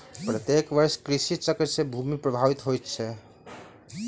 प्रत्येक वर्ष कृषि चक्र से भूमि प्रभावित होइत अछि